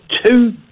two